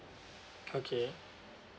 okay